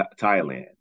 Thailand